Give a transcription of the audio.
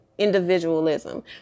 individualism